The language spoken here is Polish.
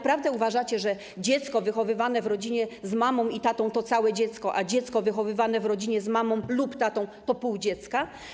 Wy naprawdę uważacie, że dziecko wychowywane w rodzinie z mamą i tatą to całe dziecko, a dziecko wychowywane w rodzinie z mamą lub tatą to pół dziecka?